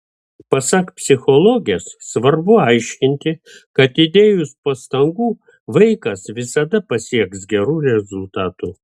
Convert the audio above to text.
pasak psichologės svarbu aiškinti kad įdėjus pastangų vaikas visada pasieks gerų rezultatų